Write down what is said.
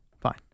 Fine